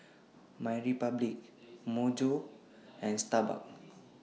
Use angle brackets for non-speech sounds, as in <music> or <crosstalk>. <noise> MyRepublic Myojo and Starbucks